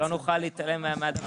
אבל לא נוכל להתעלם מהדבר הזה.